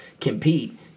compete